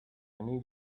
need